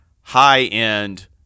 high-end